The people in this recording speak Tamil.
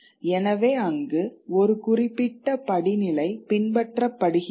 எனவே அங்கு ஒரு குறிப்பிட்ட படிநிலை பின்பற்றப்படுகிறது